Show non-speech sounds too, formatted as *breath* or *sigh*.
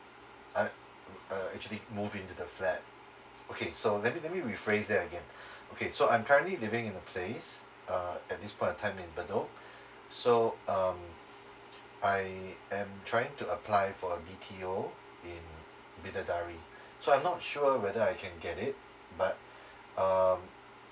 uh uh err actually move in to the flat okay so let me let me rephrase that again *breath* okay so I'm currently living in a place uh at this point of time in bedok so um I am trying to apply for a B_T_O in bidadari *breath* so I'm not sure whether I can get it but *breath* um